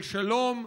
של שלום,